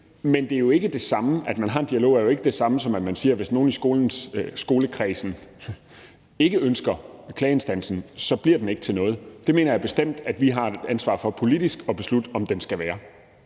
en dialog, er jo ikke det samme, som at man siger, at hvis nogen i skolekredsen ikke ønsker klageinstansen, bliver den ikke til noget, for jeg mener bestemt, at vi politisk har et ansvar for at beslutte, om den skal være